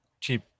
cheap